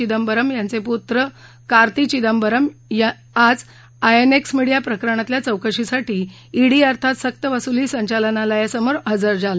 चिदंबरम यांचे पुत्र कार्ती चिदंबरम आज आयएनएक्स मिडिया प्रकरणातल्या चौकशीसाठी आज ईडी अर्थात सक्तवसुली संचालनालयासमोर हजर झाले